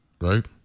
right